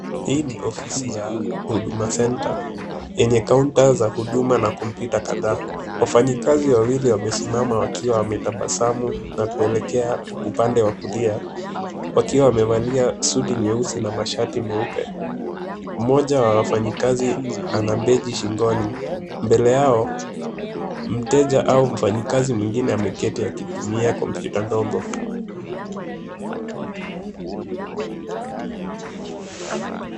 Hii ni ofisi ya Huduma center yenye kaunta za huduma na kompyuta kadhaa. Wafanyikazi wawili wamesimama wakiwa wametabasamu na kuelekea upande wa kulia, wakiwa wamevalia suti nyeusi na mashati meupe. Mmoja wa wafanyikazi ana beji shingoni. Mbele yao mteja au mfanyikazi mwingine ameketi akitumia kompyuta ndogo.